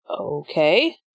Okay